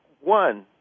One